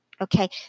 Okay